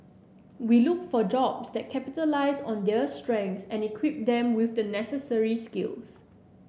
we look for jobs that capitalise on their strengths and equip them with the necessary skills